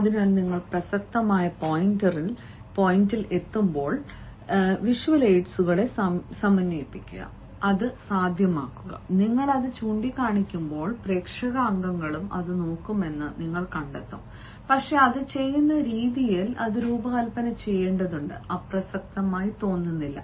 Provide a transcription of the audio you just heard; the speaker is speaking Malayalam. അതിനാൽ നിങ്ങൾ പ്രസക്തമായ പോയിന്റിൽ എത്തുമ്പോൾ എയ്ഡുകളെ സമന്വയിപ്പിക്കുക അത് സാധ്യമാക്കുക നിങ്ങൾ അത് ചൂണ്ടിക്കാണിക്കുമ്പോൾ പ്രേക്ഷക അംഗങ്ങളും അത് നോക്കുമെന്ന് നിങ്ങൾ കണ്ടെത്തും പക്ഷേ അത് ചെയ്യുന്ന രീതിയിൽ അത് രൂപകൽപ്പന ചെയ്യേണ്ടതുണ്ട് അപ്രസക്തമായി തോന്നുന്നില്ല